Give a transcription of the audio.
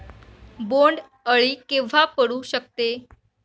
बोंड अळी केव्हा पडू शकते?